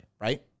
Right